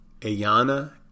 Ayana